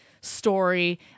story